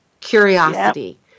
curiosity